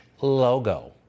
logo